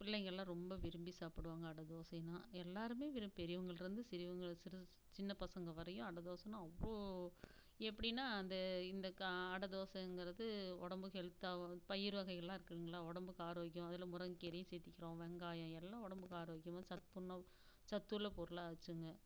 பிள்ளைங்களான் ரொம்ப விரும்பி சாப்பிடுவாங்க அடை தோசைன்னால் எல்லோருமே விரு பெரியவங்கலிருந்து சிறியவங்க சிறு சின்ன பசங்க வரையும் அடை தோசைன்னா அவ்வளோ எப்படின்னா அந்த இந்த கா அடை தோசைங்கறது உடம்புக்கு ஹெல்த்தாகவும் பயிர் வகைகளாக இருக்குங்களா உடம்புக்கு ஆரோக்கியம் அதில் முருங்கை கீரையும் சேர்த்திக்கிறோம் வெங்காயம் எல்லாம் உடம்புக்கு ஆரோக்கியம் சத்துணவு சத்துள்ள பொருளாக ஆச்சுங்க